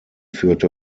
führte